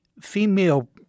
female